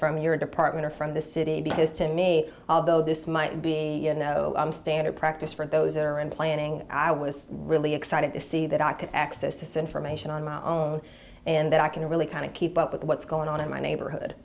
from your department or from the city because to me although this might be no standard practice for those there in planning i was really excited to see that i could access this information on my own and that i can really kind of keep up with what's going on in my neighborhood